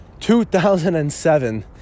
2007